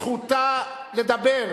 חבר הכנסת טיבייב,